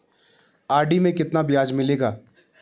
RD में कितना ब्याज मिलेगा?